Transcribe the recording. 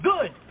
good